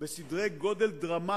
שהיא הולכת ומכניסה בסדרי-גודל דרמטיים.